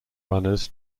runners